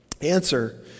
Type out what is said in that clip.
Answer